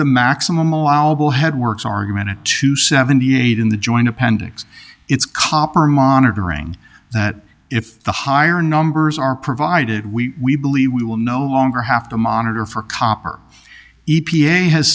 the maximum allowable head works argument and to seventy eight in the joint appendix it's copper monitoring that if the higher numbers are provided we we believe we will no longer have to monitor for copper